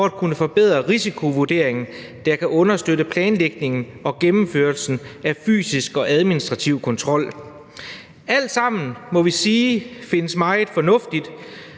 for at kunne forbedre risikovurderingen, så den kan understøtte planlægningen og gennemførelsen af fysisk og administrativ kontrol. Det finder vi alt sammen meget fornuftigt,